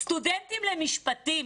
סטודנטים למשפטים,